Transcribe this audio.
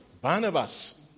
Barnabas